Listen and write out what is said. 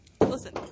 Listen